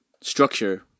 structure